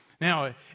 now